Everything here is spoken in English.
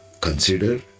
Consider